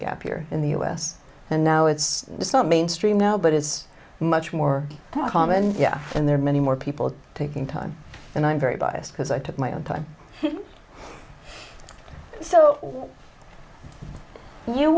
gap year in the u s and now it's just not mainstream now but it's much more common and there are many more people taking time and i'm very biased because i took my own time so you